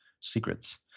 secrets